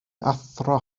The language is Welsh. athro